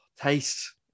Taste